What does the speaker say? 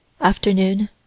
Afternoon